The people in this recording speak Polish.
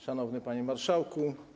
Szanowny Panie Marszałku!